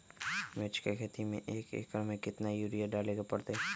मिर्च के खेती में एक एकर में कितना यूरिया डाले के परतई?